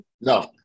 No